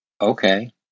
okay